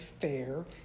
fair